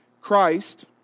Christ